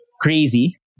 crazy